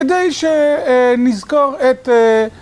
‫כדי שנזכור את...